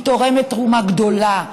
היא תורמת תרומה גדולה,